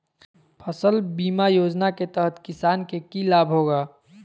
फसल बीमा योजना के तहत किसान के की लाभ होगा?